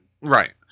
Right